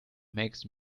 makes